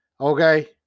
Okay